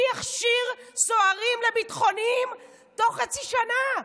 מי יכשיר סוהרים לביטחוניים תוך חצי שנה.